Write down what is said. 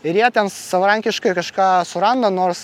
ir jie ten savarankiškai kažką suranda nors